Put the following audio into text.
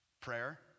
Prayer